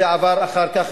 זה עבר אחר כך,